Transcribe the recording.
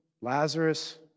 Lazarus